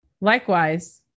Likewise